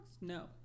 No